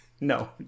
No